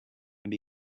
and